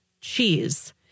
cheese